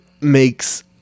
makes